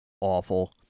awful